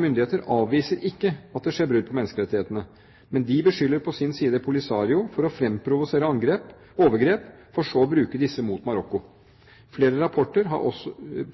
myndigheter avviser ikke at det skjer brudd på menneskerettighetene, men de beskylder på sin side Polisario for å fremprovosere overgrep for så å bruke disse mot Marokko. Flere rapporter